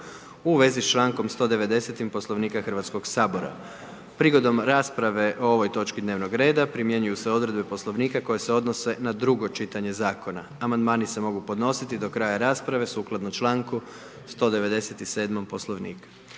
u vezi s člankom 190. Poslovnika Hrvatskog sabora. Prigodom rasprave o ovoj točki dnevnog reda primjenjuju se odredbe Poslovnika koje se odnose na drugo čitanje zakona, amandmani se mogu podnositi do kraja rasprave sukladno članku 197. Poslovnika.